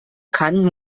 kann